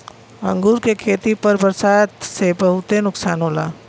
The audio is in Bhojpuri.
अंगूर के खेती पर बरसात से बहुते नुकसान होला